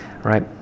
right